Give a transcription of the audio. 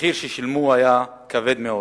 המחיר ששילמו היה כבד מאוד,